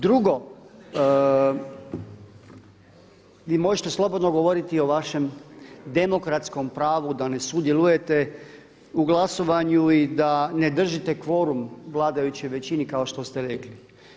Drugo, vi možete slobodno govoriti o vašem demokratskom pravu da ne sudjelujete u glasovanju i da ne držite kvorum vladajućoj većini kao što ste rekli.